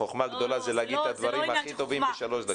החוכמה הגדולה היא להגיד את הדברים הכי טובים בשלוש דקות.